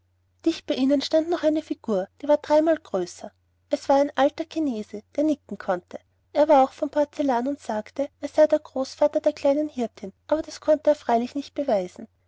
dicht bei ihnen stand noch eine figur die war dreimal größer es war ein alter chinese der nicken konnte er war auch von porzellan und sagte er sei der großvater der kleinen hirtin aber das konnte er freilich nicht beweisen